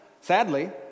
Sadly